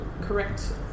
correct